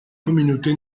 communauté